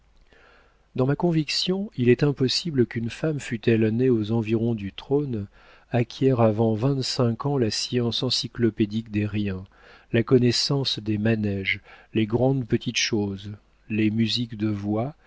dans ma conviction il est impossible qu'une femme fût-elle née aux environs du trône acquière avant vingt-cinq ans la science encyclopédique des riens la connaissance des manéges les grandes petites choses les musiques de voix